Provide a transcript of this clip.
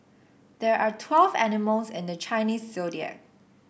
there are twelve animals in the Chinese Zodiac